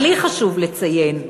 אבל לי חשוב לציין,